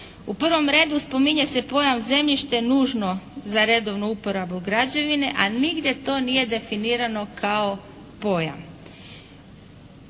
U prvom redu spominje se pojam zemljište nužno za redovnu uporabu građevine, a nigdje to nije definirano kao pojam.